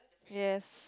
yes